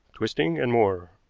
twisting, and more.